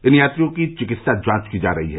इन यात्रियों की चिकित्सा जांच की जा रही है